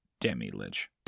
demi-lich